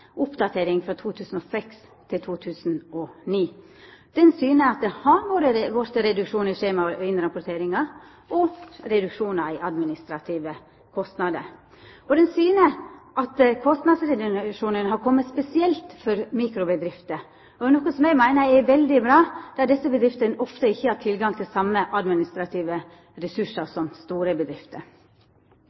syner at det har vorte reduksjonar i skjema og innrapporteringar og reduksjonar i dei administrative kostnadene. Rapporten syner at kostnadsreduksjonen har kome spesielt for mikrobedrifter, noko som eg meiner er veldig bra, da desse bedriftene ofte ikkje har tilgang til dei same administrative ressursane som store bedrifter.